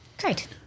Great